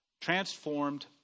transformed